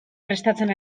prestatzen